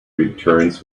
returns